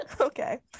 Okay